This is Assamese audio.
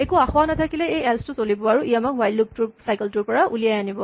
একো আসোঁৱাহ নাথাকিলে এই এল্চ টো চলিব আৰু ই আমাক হুৱাইল লুপ ৰ চাইকল টোৰ পৰা ওলিয়াই আনিব